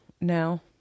now